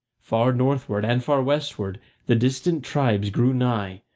far northward and far westward the distant tribes drew nigh,